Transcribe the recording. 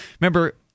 Remember